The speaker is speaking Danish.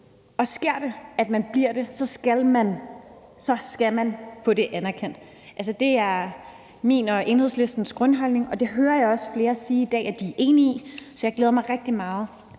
og sker det, at man bliver det, skal man have det anerkendt. Det er min og Enhedslistens grundholdning, og det hører jeg også flere sige i dag at de er enige i. Så jeg glæder mig rigtig meget